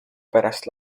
pärast